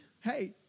Hey